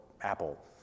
Apple